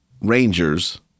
Rangers